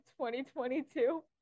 2022